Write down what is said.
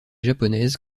japonaise